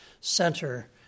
center